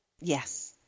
Yes